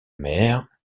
mère